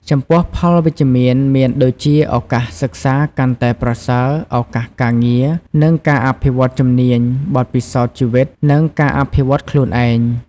ចំពោះផលវិជ្ជមាន មានដូចជាឱកាសសិក្សាកាន់តែប្រសើរ ឱកាសការងារ និងការអភិវឌ្ឍន៍ជំនាញ ,បទពិសោធន៍ជីវិត និងការអភិវឌ្ឍន៍ខ្លួនឯង។